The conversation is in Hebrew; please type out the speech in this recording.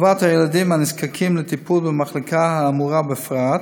טובת הילדים הנזקקים לטיפול במחלקה האמורה בפרט,